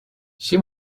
she